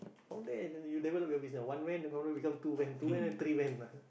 down there you develop your business one van probably become two van two van then three van ah